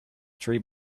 three